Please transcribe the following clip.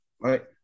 right